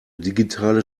digitale